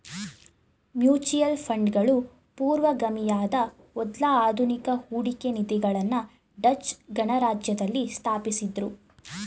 mutual ಫಂಡ್ಗಳು ಪೂರ್ವಗಾಮಿಯಾದ ಮೊದ್ಲ ಆಧುನಿಕ ಹೂಡಿಕೆ ನಿಧಿಗಳನ್ನ ಡಚ್ ಗಣರಾಜ್ಯದಲ್ಲಿ ಸ್ಥಾಪಿಸಿದ್ದ್ರು